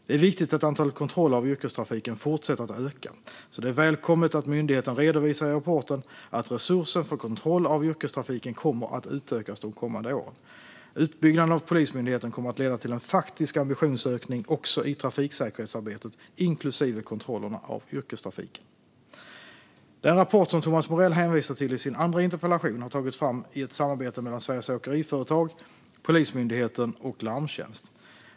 Det är viktigt att antalet kontroller av yrkestrafiken fortsätter att öka, så det är välkommet att myndigheten redovisar i rapporten att resursen för kontroll av yrkestrafiken kommer att utökas under de kommande åren. Utbyggnaden av Polismyndigheten kommer att leda till en faktisk ambitionsökning också i trafiksäkerhetsarbetet, inklusive kontrollerna av yrkestrafiken. Den rapport som Thomas Morell hänvisar till i sin andra interpellation har tagits fram i ett samarbete mellan Sveriges Åkeriföretag, Polismyndigheten och Larmtjänst.